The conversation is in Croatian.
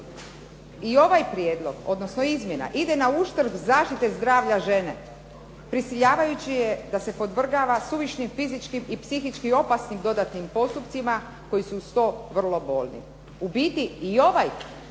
i ovaj Prijedlog odnosno izmjena ide nauštrb zaštite zdravlja žene prisiljavajući je da se podvrgava suvišnim fizičkim i psihički opasnim dodatnim postupcima koji su uz to vrlo bolni. U biti i ovaj Prijedlog